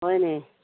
ꯍꯣꯏꯅꯦ